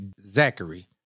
Zachary